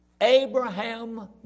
Abraham